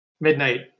Midnight